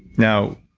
now,